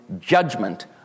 judgment